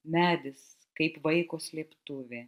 medis kaip vaiko slėptuvė